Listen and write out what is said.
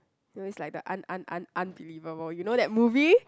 you always like the un~ un~ un~ unbelievable you know that movie